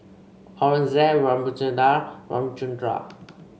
Aurangzeb Ramchundra Ramchundra